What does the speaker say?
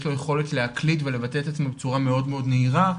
לו יכולת להקליד ולבטא את עצמו בצורה מאוד נהירה,